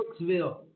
Brooksville